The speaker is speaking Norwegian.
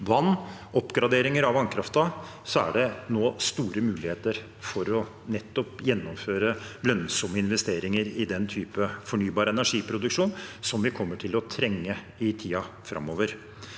oppgraderinger av vannkraften, er det nå store muligheter for å gjennomføre lønnsomme investeringer i den typen fornybar energiproduksjon som vi kommer til å trenge i tiden framover.